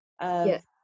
Yes